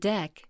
Deck